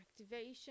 activation